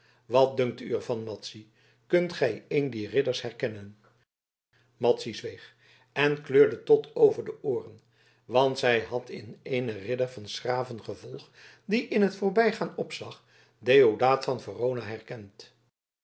wat dunkt u er van madzy kunt gij een dier ridders herkennen madzy zweeg en kleurde tot over de ooren want zij had in eenen ridder van s graven gevolg die in t voorbijgaan opzag deodaat van verona herkend